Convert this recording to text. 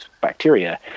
bacteria